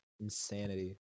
Insanity